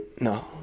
No